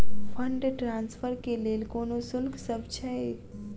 Fund transfer केँ लेल कोनो शुल्कसभ छै?